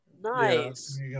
nice